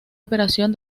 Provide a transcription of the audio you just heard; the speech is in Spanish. operación